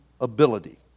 ability